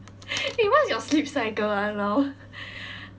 eh what's your sleep cycle ah now